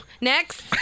Next